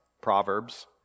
Proverbs